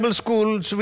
schools